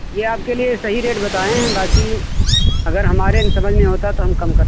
ये आप के लिए सही रेट बताएँ हैं बाक़ी अगर हमारे समझ में होता तो हम कम कर देते